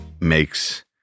makes